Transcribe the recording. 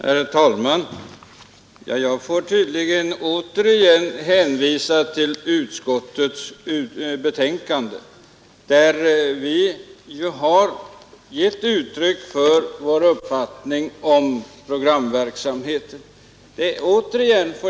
Herr talman! Jag får tydligen åter hänvisa till utskottsbetänkandet, vari vi ju har givit uttryck för vår uppfattning om programverksamheten.